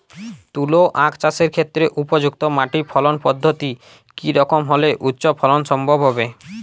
তুলো আঁখ চাষের ক্ষেত্রে উপযুক্ত মাটি ফলন পদ্ধতি কী রকম হলে উচ্চ ফলন সম্ভব হবে?